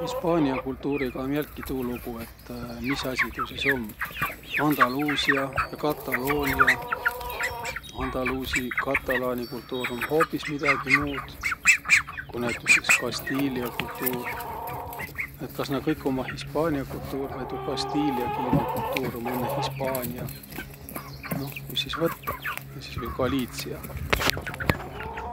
Hispaania kultuuriga um jälki tuu lugu, et mis asi tuu sis um? Andaluusia ja Kalaloonia, andaluusi, katalaani kultuuri um hoobis midägi muud, ku näütüses kastiilia kultuur. Et kas naaq kõik ummaq hispaania kultuur vai tuu kastiiliakiilne kultuur um õnnõ hispaania? Noh, kuis sis võttaq? Ja sis viil Galiitsia.